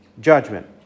judgment